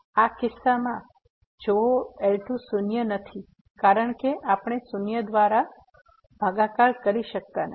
આ કિસ્સામાં જોઆ L2 શૂન્ય નથી કારણકે આપણે 0 દ્વારા ભાગાકાર કરી શકતા નથી